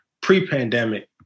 pre-pandemic